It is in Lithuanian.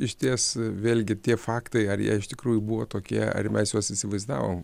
išties vėlgi tie faktai ar jie iš tikrųjų buvo tokie ar mes juos įsivaizdavom